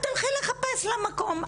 את תנסי לחפש לה מקום.